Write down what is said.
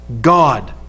God